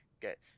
get